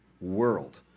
world